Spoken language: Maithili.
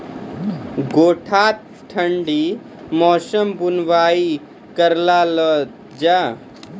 गोटा ठंडी मौसम बुवाई करऽ लो जा?